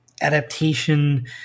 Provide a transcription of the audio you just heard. adaptation